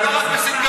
למה רק בסינגפור?